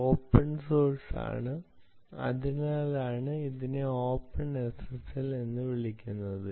ഇത് ഓപ്പൺ സോഴ്സാണ് അതിനാലാണ് ഇതിനെ ഓപ്പൺഎസ്എസ്എൽ എന്ന് വിളിക്കുന്നത്